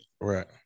Right